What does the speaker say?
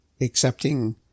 accepting